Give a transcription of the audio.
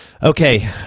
Okay